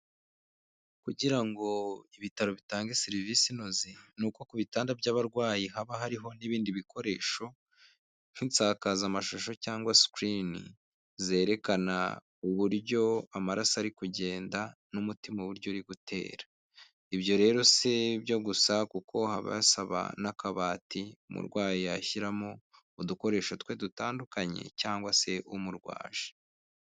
Kugira ngo Ibitaro bitange serivisi inoze ni uko ku bitanda by'abarwayi haba hariho n'ibindi bikoresho nk'isakazamashusho cyangwa screens zerekana uburyo amaraso arikugenda n'umutima uburyo urigutera. Ibyo rero si byo gusa kuko haba hasaba n'akabati umurwayi yashyiramo udukoresho twe dutandukanye cyangwa se umurwaje.